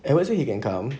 at west he can come